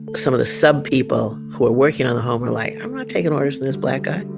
some of the sub people who are working on the home are like, i'm not taking orders from this black guy.